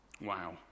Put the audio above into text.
Wow